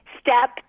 step